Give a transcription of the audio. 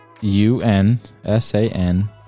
U-N-S-A-N